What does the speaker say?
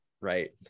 right